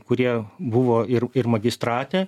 kurie buvo ir ir magistrate